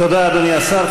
תודה, אדוני השר.